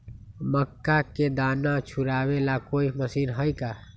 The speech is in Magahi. मक्का के दाना छुराबे ला कोई मशीन हई का?